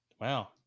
Wow